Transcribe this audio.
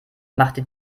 machte